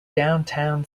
downtown